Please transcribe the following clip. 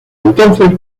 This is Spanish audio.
entonces